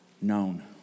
known